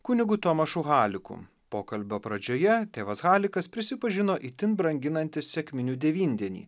kunigu tomašu haliku pokalbio pradžioje tėvas halikas prisipažino itin branginantis sekminių devyndienį